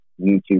YouTube